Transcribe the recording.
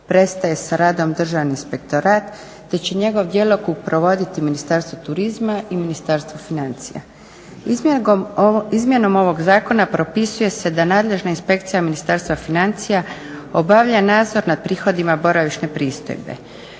prestaje sa radom Državni inspektorat te će njegov djelokrug provoditi Ministarstvo turizma i Ministarstvo financija. Izmjenom ovog Zakona propisuje se da nadležna inspekcija Ministarstva financija obavlja nadzor nad prihodima boravišne pristojbe.